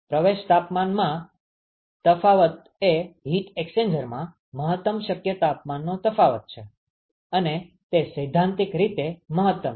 પ્રવેશ તાપમાનમાં તફાવત એ હીટ એક્સ્ચેન્જરમાં મહત્તમ શક્ય તાપમાનનો તફાવત છે અને તે સૈદ્ધાંતિક રીતે મહત્તમ છે